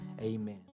Amen